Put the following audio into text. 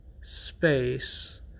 space